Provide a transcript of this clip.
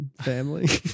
family